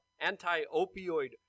anti-opioid